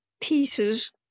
pieces